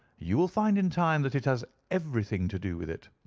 you will find in time that it has everything to do with it.